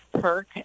perk